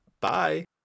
Bye